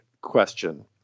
question